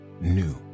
new